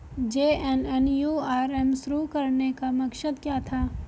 JNNURM शुरू करने का मकसद क्या था?